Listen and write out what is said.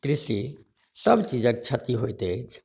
कृषि सभ चीजक क्षति होइत अछि